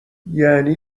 یعنی